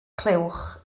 clywch